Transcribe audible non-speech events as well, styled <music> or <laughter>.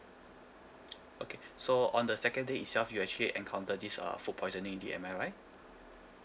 <noise> okay so on the second day itself you actually encounter this uh food poisoning the am I right